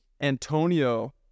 Antonio